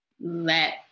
let